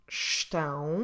estão